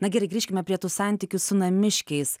na gerai grįžkime prie tų santykių su namiškiais